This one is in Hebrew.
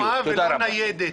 שתהיה קלפי קבועה ולא ניידת.